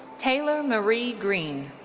taylor marie green.